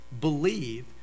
believe